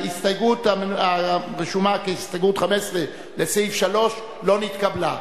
ההסתייגות הרשומה כהסתייגות 15 לסעיף 3 לא נתקבלה.